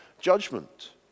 judgment